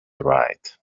right